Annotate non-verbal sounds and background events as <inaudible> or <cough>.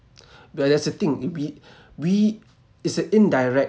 <noise> well that's the thing it we we is a indirect